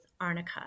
Arnica